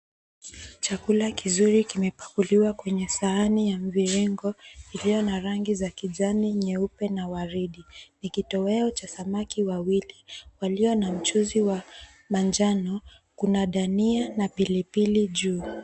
Chakula kizuri kimepakuliwa kwenye sahani ya mviringo iliyo na rangi za kijani, nyeupe na waridi. Ni kitoweo cha samaki wawili walio na mchuzi wa manjano. Kuna dhania na pilipili juu.